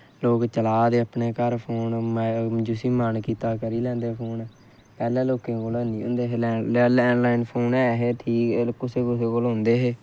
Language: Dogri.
क्योंकि चलादे अपने घर फोन जिस्सी मन कीता करी लैंदे फोन पैह्लें लोकें कोल नेईं हे लैन लैंड फोन हे कुसै कुसै कोल होंदे हे